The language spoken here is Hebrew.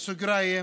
במירכאות,